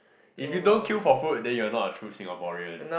if you don't queue for food then you are not a true Singaporean